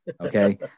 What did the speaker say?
Okay